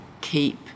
keep